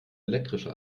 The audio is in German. elektrische